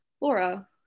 Laura